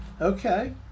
Okay